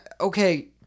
okay